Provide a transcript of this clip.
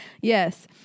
Yes